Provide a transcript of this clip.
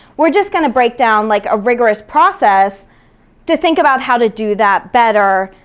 we're just gonna break down like a rigorous process to think about how to do that better.